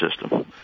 system